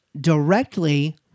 directly